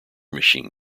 machine